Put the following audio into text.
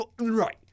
Right